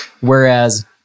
whereas